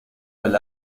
del